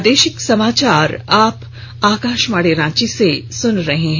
प्रादेशिक समाचार आप आकाशवाणी रांची से सुन रहे हैं